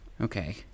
Okay